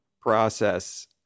process